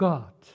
God